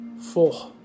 four